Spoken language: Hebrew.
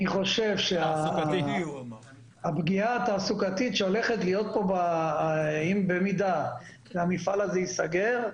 אני חושב שהפגיעה התעסוקתית שהולכת להיות פה במידה והמפעל הזה ייסגר,